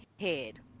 head